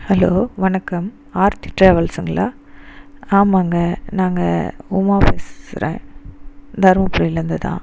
hello வணக்கம் ஆர்த்தி டிராவல்ஸுங்களா ஆமாங்க நாங்கள் உமா பேசுறேன் தர்மபுரியில் இருந்து தான்